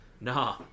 nah